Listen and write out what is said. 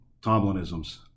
Tomlinisms